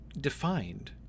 defined